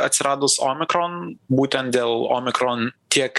atsiradus omikron būtent dėl omikron tiek